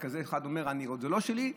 שאחד אומר: זה לא שלי,